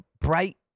bright